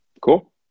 Cool